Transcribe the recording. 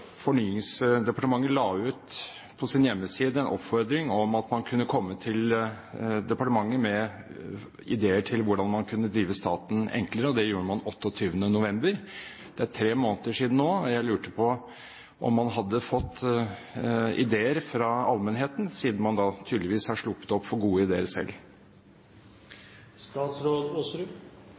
Fornyingsdepartementet la på sin hjemmeside ut en oppfordring om å komme til departementet med ideer til hvordan man kunne drive staten enklere. Det gjorde man 28. november. Det er tre måneder siden nå. Jeg lurer på om man har fått ideer fra allmennheten, siden man tydeligvis har sluppet opp for gode ideer